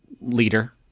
leader